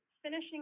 finishing